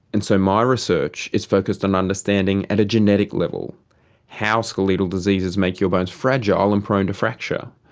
and so my research is focused on understanding at a genetic level how skeletal diseases make your bones fragile and prone to fracture.